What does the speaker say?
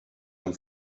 amb